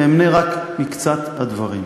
ואמנה רק מקצת הדברים: